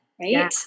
right